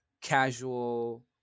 casual